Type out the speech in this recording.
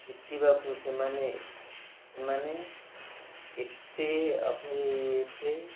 ଜିତିବାକୁ ସେମାନେ ସେମାନେ ଏତେ ଏତେ